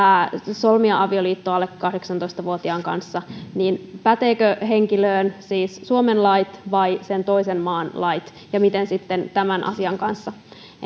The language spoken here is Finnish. solmia avioliitto alle kahdeksantoista vuotiaan kanssa pätevätkö henkilöön siis suomen lait vai sen toisen maan lait ja miten tämän asian kanssa